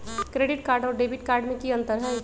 Credit card और debit card में की अंतर हई?